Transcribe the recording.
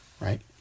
right